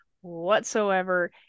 whatsoever